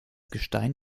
gestein